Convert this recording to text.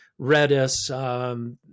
Redis